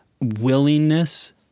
willingness